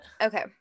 Okay